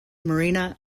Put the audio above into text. marina